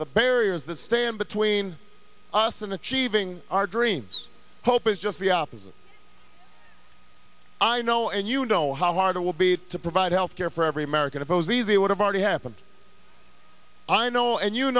the barriers that stand between us in achieving our dreams hope is just the opposite i know and you know how hard it will be to provide health care for every american if it was easy it would have already happened i know and you